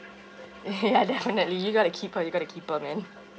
ya definitely you got to keep her you got to keep her man